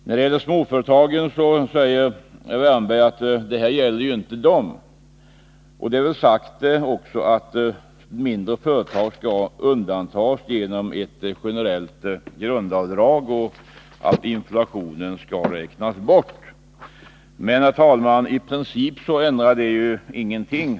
När det gäller småföretagen säger Erik Wärnberg att det här inte gäller dem. Det har också sagts att mindre företag skall undantas genom ett generellt grundavdrag och att inflationen skall räknas bort. Men, herr talman, i princip ändrar det ingenting.